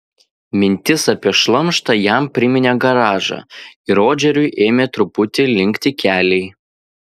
mintis apie šlamštą jam priminė garažą ir rodžeriui ėmė truputį linkti keliai